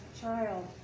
child